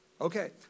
Okay